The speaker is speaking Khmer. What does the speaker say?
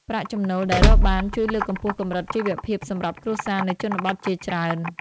ប្រាក់ចំណូលដែលរកបាន ជួយលើកកម្ពស់កម្រិតជីវភាពសម្រាប់គ្រួសារនៅជនបទជាច្រើន។